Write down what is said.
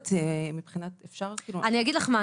אני לא יודעת מבחינת --- אני אגיד לך מה,